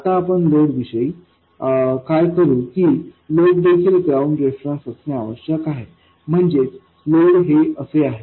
आता आपण लोड विषयी काय करू की लोड देखील ग्राउंड रेफरन्स असणे आवश्यक आहे म्हणजेच लोड हे असे आहे